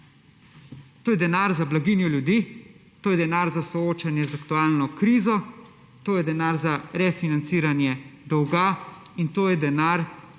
To je denar za blaginjo ljudi, to je denar za soočanje z aktualno krizo, to je denar za refinanciranje dolga in to je denar, ki bo